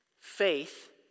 Faith